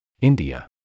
India